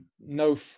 no